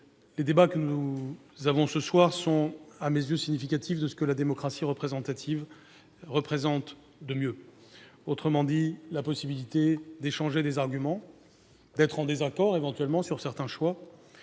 Les débats que nous avons ce soir sont à mes yeux significatifs de ce que la démocratie représentative permet de mieux, à savoir la possibilité d'échanger des arguments. Être en désaccord sur certains choix